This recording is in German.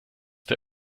der